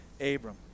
Abram